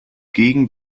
gegen